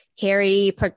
Harry